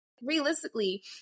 realistically